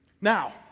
Now